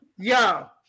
Yo